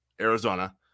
Arizona